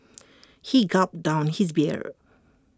he gulped down his beer